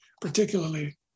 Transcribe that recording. particularly